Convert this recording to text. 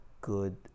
good